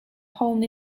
home